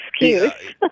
excuse